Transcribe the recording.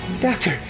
Doctor